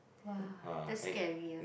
!wah! that's scarier